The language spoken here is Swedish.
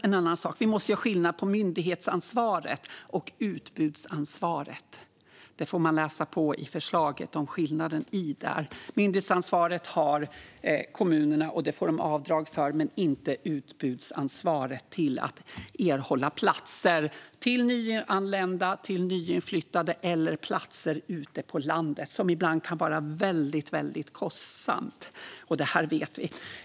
En annan sak är att vi måste göra skillnad på myndighetsansvaret och utbudsansvaret. Man får läsa på om den skillnaden i förslaget. Kommunerna har myndighetsansvaret, och det får de avdrag för, men inte utbudsansvaret för att erbjuda platser till nyanlända och nyinflyttade eller platser ute på landet, vilket ibland kan vara väldigt kostsamt. Det här vet vi.